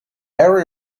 area